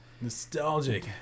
Nostalgic